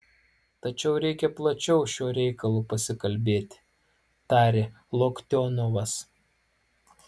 tačiau reikia plačiau šiuo reikalu pasikalbėti tarė loktionovas